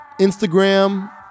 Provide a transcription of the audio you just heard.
Instagram